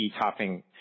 topping